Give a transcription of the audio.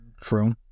true